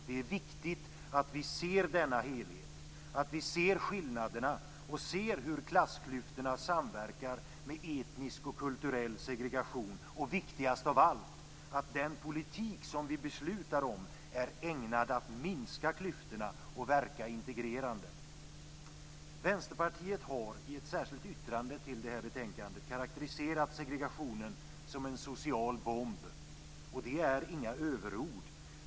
Det är viktigt att vi ser denna helhet, att vi ser skillnaderna och hur klassklyftorna samverkar med etnisk och kulturell segregation och - viktigast av allt - att den politik som vi beslutar om är ägnad att minska klyftorna och verka integrerande. Vänsterpartiet har i ett särskilt yttrande vid det här betänkandet karakteriserat segregationen som en social bomb, och det är inga överord.